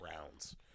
rounds